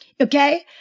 okay